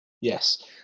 yes